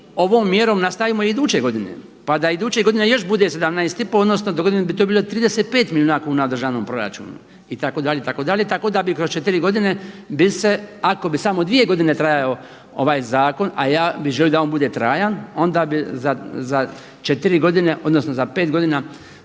ovom mjerom nastavimo i iduće godine pa da iduće godine još bude 17,5 odnosno dogodine bi to bilo 35 milijuna kuna u državnom proračunu itd., itd. tako da bi kroz četiri godine bi se ako bi samo dvije godine trajao ovaj zakon, a ja bih želio da on bude trajan, onda bi za četiri godine odnosno za pet godina